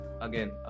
again